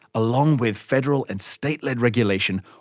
along with federal and state-led regulation,